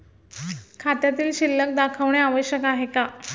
खात्यातील शिल्लक दाखवणे आवश्यक आहे का?